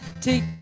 take